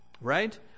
right